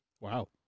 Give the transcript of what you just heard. Wow